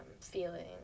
feeling